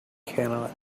cannot